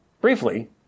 Briefly